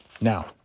Now